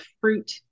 fruit